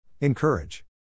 Encourage